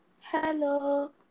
Hello